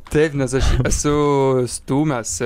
taip nes aš esu stūmęs